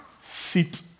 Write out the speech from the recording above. sit